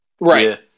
right